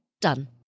Done